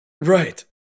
Right